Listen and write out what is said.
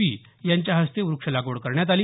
P यांच्या हस्ते वृक्ष लागवड करण्यात आली